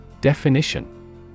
Definition